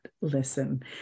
listen